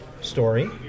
story